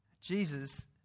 Jesus